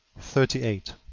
thirty eight.